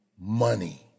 Money